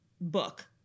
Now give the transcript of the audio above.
book